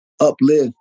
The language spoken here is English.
uplift